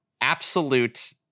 absolute